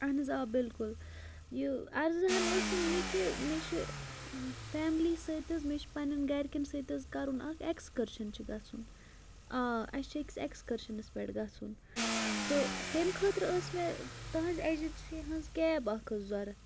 اَہَن حظ آ بِلکُل یہِ عرضہٕ ہَن ٲسٕم یہِ کہ مےٚ چھِ فیملی سۭتۍ حظ مےٚ چھٕ پَنٛنٮ۪ن گَرِکٮ۪ن سۭتۍ حظ کَرُن اَکھ اٮ۪کٕسکَرشَن چھِ گَژھُن آ اَسہِ چھِ أکِس اٮ۪کٕسکَرشَنَس پٮ۪ٹھ گژھُن تہٕ تَمۍ خٲطرٕ ٲس مےٚ تَہٕنٛزِ ایجَنٛسی ہٕنٛز کیب اَکھ حظ ضوٚرَتھ